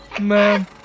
man